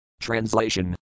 Translation